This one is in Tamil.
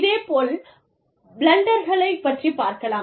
இதே போல் பிலண்டர்களைப் பற்றிப் பார்க்கலாம்